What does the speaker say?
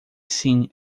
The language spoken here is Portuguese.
sim